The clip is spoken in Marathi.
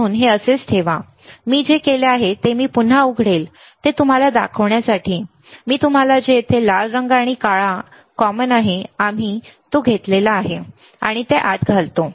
म्हणून हे असेच ठेवा मी जे केले आहे ते मी ते पुन्हा उघडेल ते तुम्हाला दाखवण्यासाठी मी तुम्हाला जे येथे लाल रंग आणि काळे कॉमन आहे आणि आम्ही ते घालतो